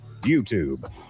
YouTube